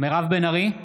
מירב בן ארי,